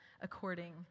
according